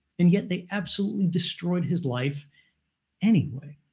and yet they absolutely destroyed his life anyway.